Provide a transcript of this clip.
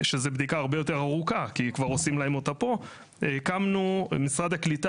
אנחנו נתחיל בגיוס בזמן הקרוב, ואם משרד הקליטה